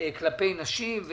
כלפי נשים.